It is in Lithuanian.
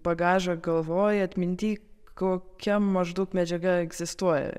bagažą galvoj atminty kokia maždaug medžiaga egzistuoja